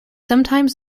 sometimes